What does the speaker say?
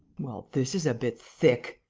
well, this is a bit thick!